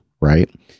right